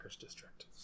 district